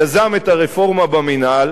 יזם את הרפורמה במינהל,